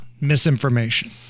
misinformation